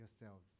yourselves